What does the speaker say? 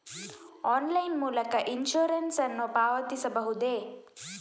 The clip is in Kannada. ಆನ್ಲೈನ್ ಮೂಲಕ ಇನ್ಸೂರೆನ್ಸ್ ನ್ನು ಪಾವತಿಸಬಹುದೇ?